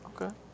Okay